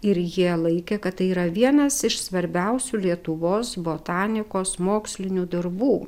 ir jie laikė kad tai yra vienas iš svarbiausių lietuvos botanikos mokslinių darbų